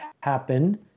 happen